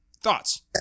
thoughts